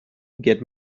get